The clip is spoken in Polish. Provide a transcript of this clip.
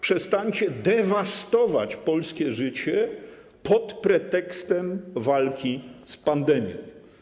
Przestańcie dewastować polskie życie pod pretekstem walki z pandemią.